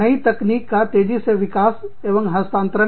नई तकनीक का तेजी से विकास एवं हस्तांतरण